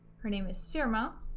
her name is seema